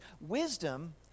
Wisdom